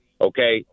Okay